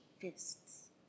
fists